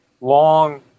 long